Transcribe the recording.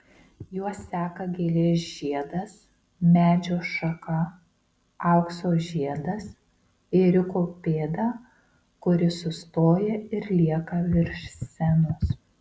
juos seka gėlės žiedas medžio šaka aukso žiedas ėriuko pėda kuri sustoja ir lieka virš scenos